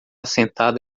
sentado